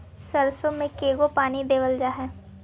सरसों में के गो पानी देबल जा है?